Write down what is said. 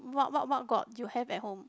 what what what god you have at home